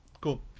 Cool